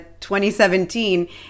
2017